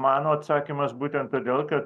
mano atsakymas būtent todėl kad